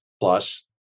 plus